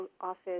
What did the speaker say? office